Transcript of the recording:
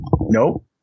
Nope